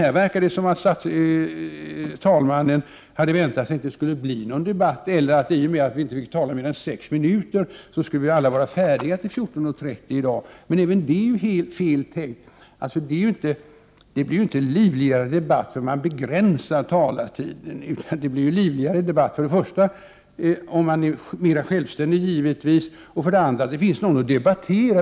Här verkar det som om talmannen hade förväntat sig att det inte skulle bli någon debatt, eller att i och med att ingen fick tala mer än 6 minuter vi alla skulle vara färdiga till 14.30. Även det är ju helt fel tänkt. Det blir ju inte livligare debatt för att man begränsar talartiden. Det blir det för det första givetvis om man är mera självständig, för det andra om det finns någon att debattera med.